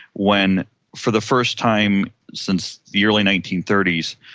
when for the first time since the early nineteen thirty s,